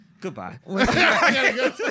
goodbye